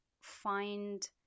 find